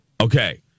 Okay